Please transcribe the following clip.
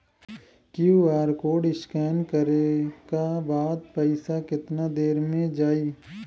QR code scan करे क बाद पइसा केतना देर म जाई?